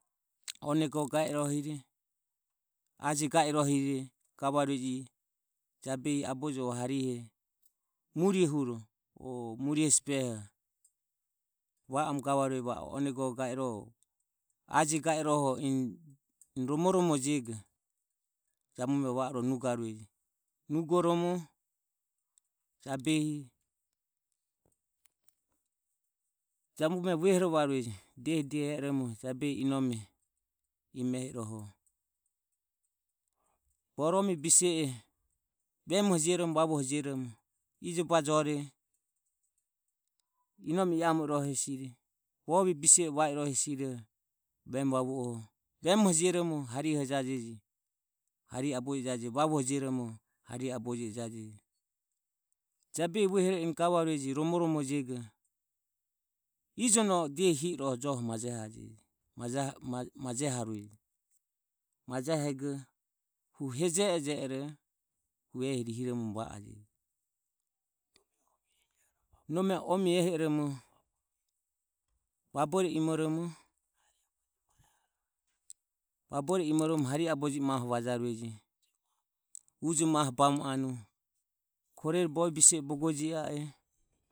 Onega ga irohiore aje ga i rohire gavarueje jabehi abojo o harihe muriohuro o muri hesi behoho va oromo onega ga i rohoho o aje ga I rohoho eni romoromojego jabume va o romo nuga rueje. Nugoromo jabehi jabume vuehorovarueje diehi diehi jabehi inome imeho i rohe borome bise e vemoho jio romo vavuoho jioromo ijo baje ore inome i amo i rohe hesi roho vemu vavoho jeromo vemu vavue jajege harihe aboje jaje je jabehi vuehere gavarueje romoromorejego ijono dehi hi i rohe joho majehajeje. Majehego hu heje e je ero hu ehi rihiromoromo va a jeje nome omie ehi o romo vaboro imoromo harihe aboje maho va jarueje ujo maho bamo anue korere bovie bise e bogo ji a e.